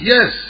Yes